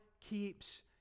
keeps